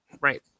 right